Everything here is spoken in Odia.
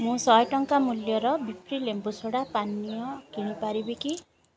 ମୁଁ ଶହେ ଟଙ୍କା ମୂଲ୍ୟର ବିଫ୍ରି ଲେମ୍ବୁ ସୋଡ଼ା ପାନୀୟ କିଣି ପାରିବି କି